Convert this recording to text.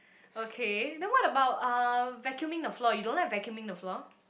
okay then what about uh vacuuming the floor you don't like vacuuming the floor